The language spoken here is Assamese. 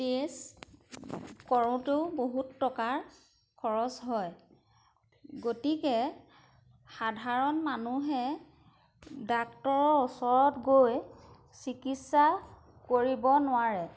টেষ্ট কৰোঁতেও বহুত টকাৰ খৰচ হয় গতিকে সাধাৰণ মানুহে ডাক্তৰৰ ওচৰত গৈ চিকিৎসা কৰিব নোৱাৰে